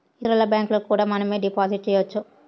ఇతరుల బ్యాంకులకు కూడా మనమే డిపాజిట్ చేయొచ్చు